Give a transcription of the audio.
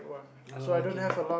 uh okay okay